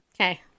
Okay